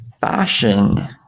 Fashion